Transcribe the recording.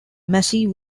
massey